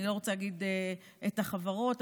אני לא רוצה להגיד את שמות החברות,